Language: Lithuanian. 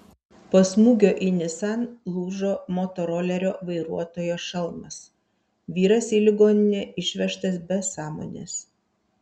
po smūgio į nissan lūžo motorolerio vairuotojo šalmas vyras į ligoninę išvežtas be sąmonės